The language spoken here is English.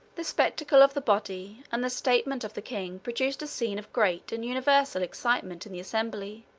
the spectacle of the body, and the statement of the king, produced a scene of great and universal excitement in the assembly,